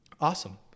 Awesome